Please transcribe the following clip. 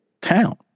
town